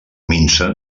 minsa